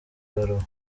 baruwa